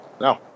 no